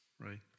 right